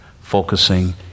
Focusing